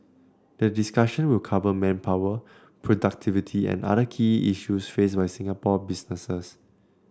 the discussion will cover manpower productivity and other key issues faced by Singapore businesses